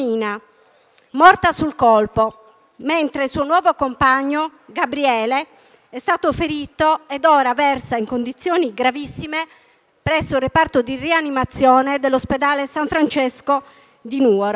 morta sul colpo, mentre il suo nuovo compagno, Gabriele, è stato ferito ed ora versa in condizioni gravissime presso il reparto di rianimazione dell'ospedale San Francesco di Nuoro.